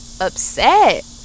upset